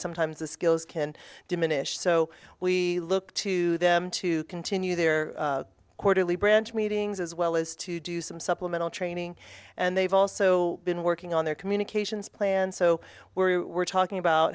sometimes the skills can diminish so we look to them to continue their quarterly branch meetings as well as to do some supplemental training and they've also so been working on their communications plan so we're talking about